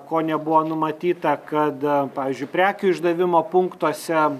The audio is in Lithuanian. ko nebuvo numatyta kad pavyzdžiui prekių išdavimo punktuose